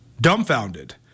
dumbfounded